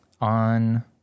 on